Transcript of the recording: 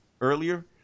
earlier